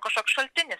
kažkoks šaltinis